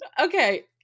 Okay